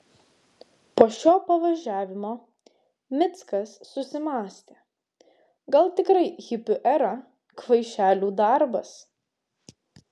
po šio pavažiavimo mickas susimąstė gal tikrai hipių era kvaišelių darbas